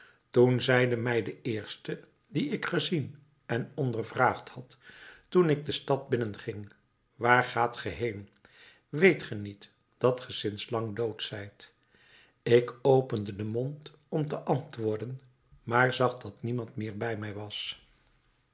toen zeide mij de eerste dien ik gezien en ondervraagd had toen ik de stad binnenging waar gaat ge heen weet ge niet dat ge sinds lang dood zijt ik opende den mond om te antwoorden maar zag dat niemand meer bij mij was